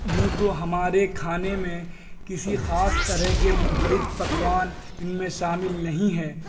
یوں تو ہمارے کھانے میں کسی خاص طرح کے منفرد پکوان ان میں شامل نہیں ہیں